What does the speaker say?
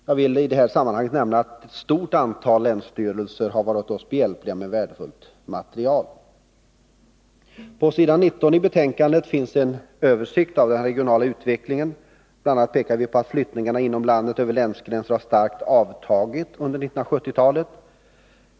Jag villi sammanhanget nämna att ett stort antal länsstyrelser har varit oss behjälpliga med värdefullt material. På s. 19 i betänkandet finns en översikt av den regionala utvecklingen. Bl. a. pekar vi på att flyttningarna inom landet över länsgränser har starkt avtagit under 1970-talet.